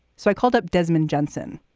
so i called up desmond jensen.